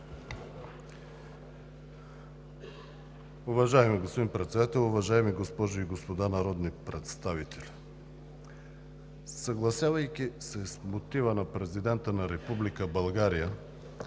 Уважаеми господин Председател, уважаеми госпожи и господа народни представители! Съгласявайки се с мотива на Президента на Република България,